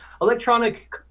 electronic